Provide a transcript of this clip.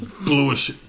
bluish